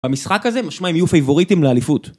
במשחק הזה משמע הם יהיו פייבוריטים לאליפות